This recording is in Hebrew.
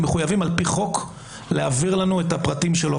הם מחויבים על פי חוק להעביר לנו את הפרטים שלו,